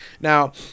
now